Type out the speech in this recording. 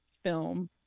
film